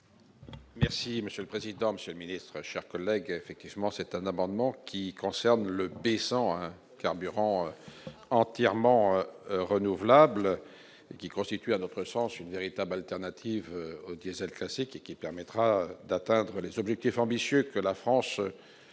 Merci monsieur le président, Monsieur le Ministre, chers collègues, effectivement c'est un amendement qui concerne le sans carburant. Entièrement renouvelables qui constitue à notre sens, une véritable alternative au diésel classique et qui permettra d'atteindre les objectifs ambitieux que la France